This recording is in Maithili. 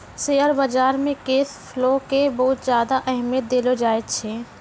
शेयर बाजार मे कैश फ्लो के बहुत ज्यादा अहमियत देलो जाए छै